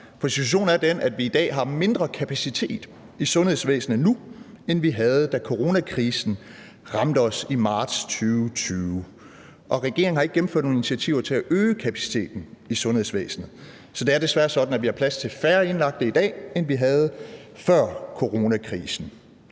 Situationen er den, at vi i dag har mindre kapacitet i sundhedsvæsenet nu, end vi havde, da coronakrisen ramte os i marts 2020, og regeringen har ikke gennemført nogen initiativer til at øge kapaciteten i sundhedsvæsenet. Så det er desværre sådan, at vi har plads til færre indlagte i dag, end vi havde før coronakrisen,